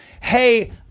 hey